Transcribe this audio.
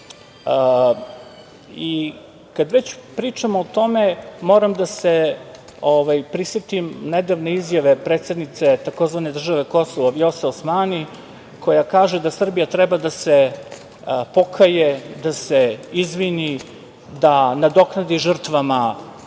Kada već pričamo o tome, moram da se prisetim nedavne izjave predsednice tzv. Kosovo, Vjose Osmani, koja kaže da Srbija treba da se pokaje, da se izvini, da nadoknadi žrtvama